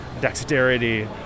dexterity